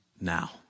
now